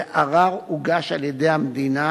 וערר הוגש על-ידי המדינה